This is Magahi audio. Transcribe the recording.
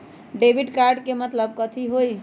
डेबिट कार्ड के मतलब कथी होई?